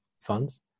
funds